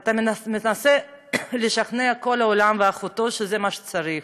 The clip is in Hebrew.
ואתה מנסה לשכנע את כל העולם ואחותו שזה מה שצריך.